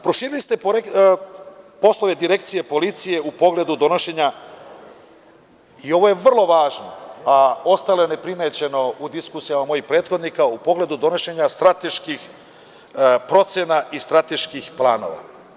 Proširili ste poslove Direkcije policije u pogledu donošenja i ovo je vrlo važno, ostalo je neprimećeno u diskusijama mojih prethodnika, u pogledu donošenja strateških procena i strateških planova.